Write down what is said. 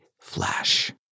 flash